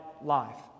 life